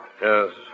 Yes